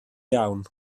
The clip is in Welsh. iawn